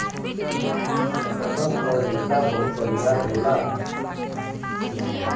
पटसन क रेसा बहुत बरियार होला